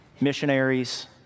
missionaries